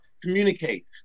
communicate